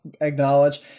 acknowledge